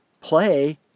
play